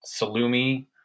salumi